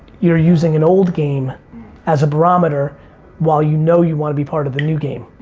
you're using an old game as a barometer while you know you wanna be part of the new game.